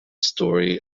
story